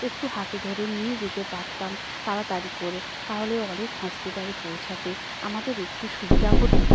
একটু হাতে ধরে নিয়ে যেতে পারতাম তাড়াতাড়ি করে তাহলে অনেক হসপিটালে পৌঁছাতে আমাদের একটু সুবিধা হতো